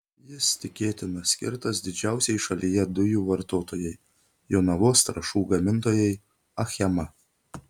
jis tikėtina skirtas didžiausiai šalyje dujų vartotojai jonavos trąšų gamintojai achema